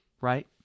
right